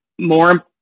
more